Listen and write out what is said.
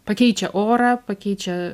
pakeičia orą pakeičia